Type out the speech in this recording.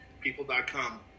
people.com